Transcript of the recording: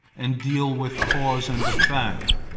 and deal with cause and effect,